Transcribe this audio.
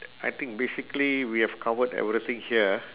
I think basically we have covered everything here ah